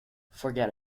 forget